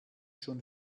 schon